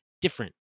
different